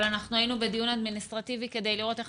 אבל אנחנו היינו בדיון אדמיניסטרטיבי כדי לראות איך